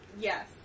Yes